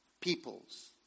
peoples